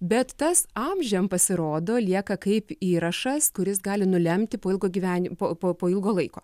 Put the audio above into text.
bet tas amžiam pasirodo lieka kaip įrašas kuris gali nulemti po ilgo gyvenim po po po ilgo laiko